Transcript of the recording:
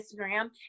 Instagram